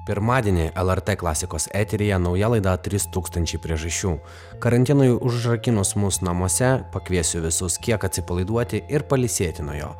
pirmadienį lrt klasikos eteryje nauja laida trys tūkstančiai priežasčių karantinui užrakinus mus namuose pakviesiu visus kiek atsipalaiduoti ir pailsėti nuo jo